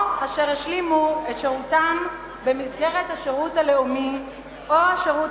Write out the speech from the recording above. או אשר השלימו את שירותם במסגרת השירות הלאומי או השירות